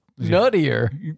Nuttier